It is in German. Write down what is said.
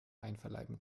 einverleiben